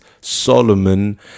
solomon